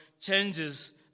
changes